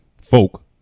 folk